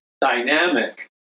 dynamic